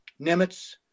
Nimitz